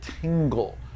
tingle